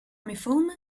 mifhum